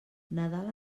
nadal